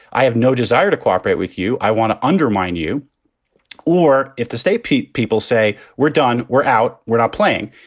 i have no desire to cooperate with you. i want to undermine you or if the state peop people say we're done, we're out. we're not playing.